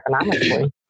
economically